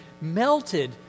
melted